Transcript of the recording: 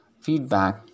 feedback